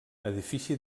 edifici